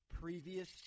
previous